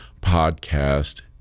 podcast